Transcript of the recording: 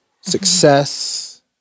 success